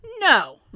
no